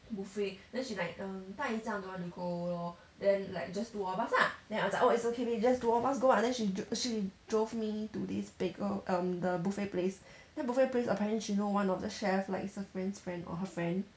buffet then she like um 大姨丈 don't want to go lor then like just two of us lah then I was like oh it's okay just the two of us go ah then she d~ she drove me to this bagel um the buffet place then buffet place apparently she know one of the chef like it's a friend's friend or her friend